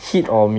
打